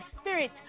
spirit